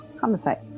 homicide